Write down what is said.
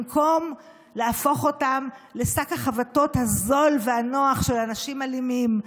במקום להפוך אותם לשק החבטות הזול והנוח של אנשים אלימים,